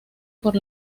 por